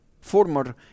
former